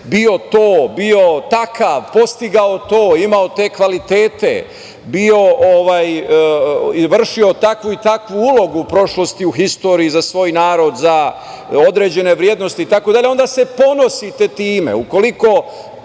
bio to, bio takav, postigao to, imao te kvalitete, vršio takvu i takvu ulogu u prošlosti, u istoriji za svoj narod, za određene vrednosti itd, onda se ponosite time. Ukoliko